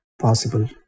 possible